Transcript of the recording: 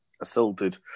assaulted